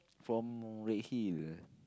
from Redhill